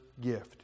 gift